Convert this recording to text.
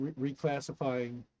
reclassifying